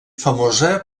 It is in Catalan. famosa